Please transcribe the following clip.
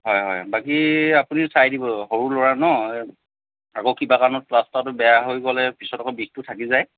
হয় হয় বাকী আপুনি চায় দিব সৰু ল'ৰা ন আকৌ কিবা কাৰণে প্লাষ্টাৰটো বেয়া হৈ গ'লে পিছত আকৌ বিষটো থাকি যায়